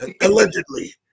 Allegedly